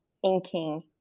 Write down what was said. inking